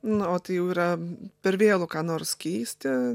na o tai jau yra per vėlu ką nors keisti